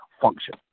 function